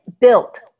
built